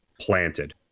planted